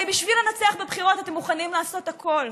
כי בשביל לנצח בבחירות אתם מוכנים לעשות הכול,